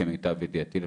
למיטב ידיעתי לפחות,